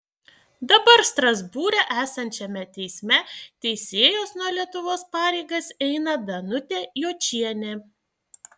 dabar strasbūre esančiame teisme teisėjos nuo lietuvos pareigas eina danutė jočienė